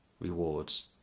rewards